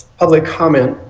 public comment.